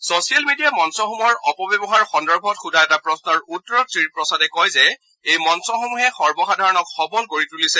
social media মঞ্চসমূহৰ অপব্যৱহাৰ সন্দৰ্ভত সোধা এটা প্ৰশ্নৰ উত্তৰত শ্ৰীপ্ৰসাদে কয় যে এই মঞ্চসমূহে সৰ্বসাধাৰণক সবল কৰি তুলিছে